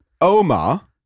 Omar